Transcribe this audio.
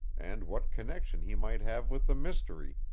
and what connection he might have with the mystery,